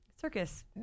circus